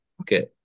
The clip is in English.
okay